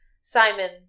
Simon